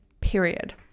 period